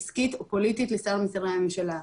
עסקית או פוליטית לשר משרי הממשלה.